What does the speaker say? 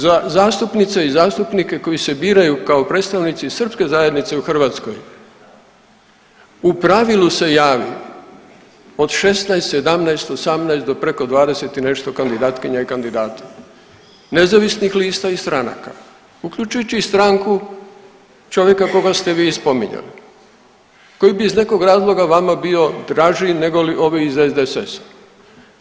Za zastupnice i zastupnike koji se biraju kao predstavnici Srpske zajednice u Hrvatskoj u pravilu se javi od 16, 17, 18 do preko 20 i nešto kandidatkinja i kandidata nezavisnih lista i stranaka uključujući i stranku čovjeka koga ste vi spominjali koji bi iz nekog razloga vama bio draži negoli ovi iz SDSS-a.